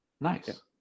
Nice